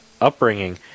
upbringing